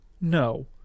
no